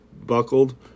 buckled